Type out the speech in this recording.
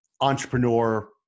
entrepreneur